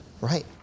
right